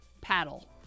paddle